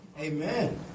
Amen